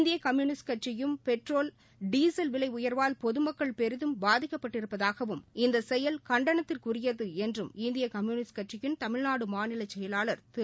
இந்திய கம்பூனிஸ்ட் கட்சியும் petrol diesel விலை உயர்வால் பொதுமக்கள் பெரிதும் பாதிக்கப்பட்டிருப்பதாகவும் இந்த செயல் கண்டனத்துக்குரியது என்றும் இந்திய கம்யூனிஸ்ட் கட்சியின் தமிழ்நாடு மாநிலச் செயலாளர் திரு